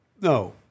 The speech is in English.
No